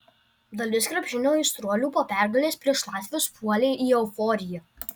dalis krepšinio aistruolių po pergalės prieš latvius puolė į euforiją